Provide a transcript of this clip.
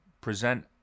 present